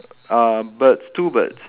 uh birds two birds